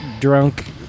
drunk